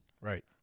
Right